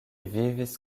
vivis